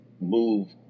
move